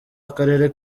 akarere